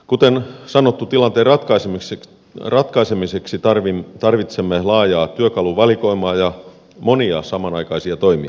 kuten sanottu tilanteen ratkaisemiseksi tarvitsemme laajaa työkaluvalikoimaa ja monia samanaikaisia toimia